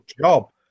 job